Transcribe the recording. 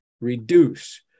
reduce